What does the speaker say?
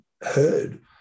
heard